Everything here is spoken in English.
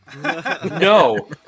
No